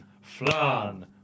flan